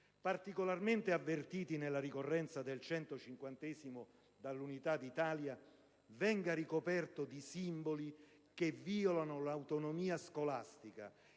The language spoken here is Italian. particolarmente avvertiti nella ricorrenza del 150° anniversario dell'Unità d'Italia, venga ricoperto di simboli che violano l'autonomia scolastica